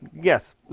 yes